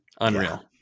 unreal